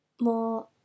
more